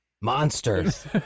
Monsters